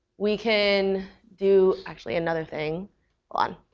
we can do actually another thing. hold on.